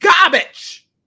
garbage